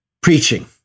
preaching